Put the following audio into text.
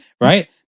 Right